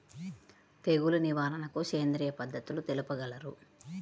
తెగులు నివారణకు సేంద్రియ పద్ధతులు తెలుపగలరు?